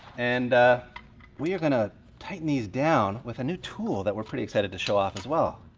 and we are gonna tighten these down with a new tool that we're pretty excited to show off as well.